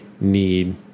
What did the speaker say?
need